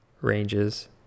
ranges